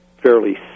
fairly